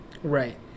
Right